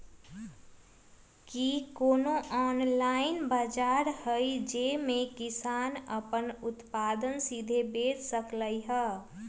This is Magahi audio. कि कोनो ऑनलाइन बाजार हइ जे में किसान अपन उत्पादन सीधे बेच सकलई ह?